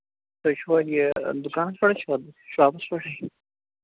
تُہۍ چھِوٕ یہِ دُکانَس پٮ۪ٹھٕے چھِوٕ شاپَس پٮ۪ٹھٕے